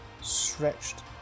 stretched